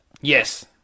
Yes